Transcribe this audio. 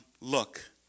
Look